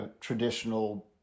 traditional